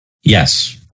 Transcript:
Yes